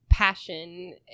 passion